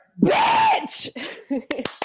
bitch